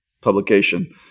publication